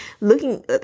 looking